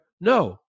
no